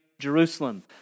Jerusalem